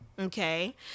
Okay